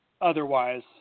otherwise